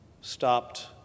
stopped